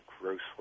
grossly